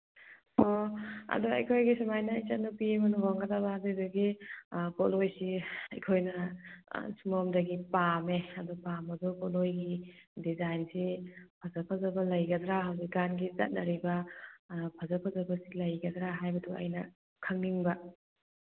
ꯑꯗꯣ ꯑꯩꯈꯣꯏꯒꯤ ꯁꯨꯃꯥꯏꯅ ꯏꯆꯟ ꯅꯨꯄꯤ ꯑꯃ ꯂꯨꯍꯣꯡꯒꯗꯕ ꯑꯗꯨꯗꯨꯒꯤ ꯄꯣꯠꯂꯣꯏꯁꯤ ꯑꯩꯈꯣꯏꯅ ꯁꯣꯝꯗꯒꯤ ꯄꯥꯝꯃꯦ ꯑꯗꯣ ꯄꯥꯝꯕꯗꯣ ꯄꯣꯠꯂꯣꯏꯒꯤ ꯗꯤꯖꯥꯏꯟꯁꯦ ꯐꯖ ꯐꯖꯕ ꯂꯩꯒꯗ꯭ꯔ ꯍꯧꯖꯤꯛꯀꯥꯟꯒꯤ ꯆꯠꯅꯔꯤꯕ ꯐꯖ ꯐꯖꯕꯁꯤ ꯂꯩꯒꯗ꯭ꯔ ꯍꯥꯏꯕꯗꯨ ꯑꯩꯅ ꯈꯪꯅꯤꯡꯕ